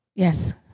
Yes